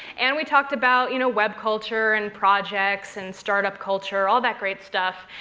and we talked about you know web culture and projects and startup culture, all that great stuff,